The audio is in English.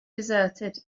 deserted